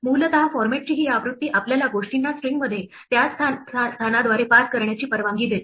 मूलतफॉर्मेटची ही आवृत्ती आपल्याला गोष्टींना स्ट्रिंगमध्ये त्यांच्या स्थानाद्वारे पास करण्याची परवानगी देते